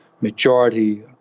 majority